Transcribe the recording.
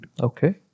Okay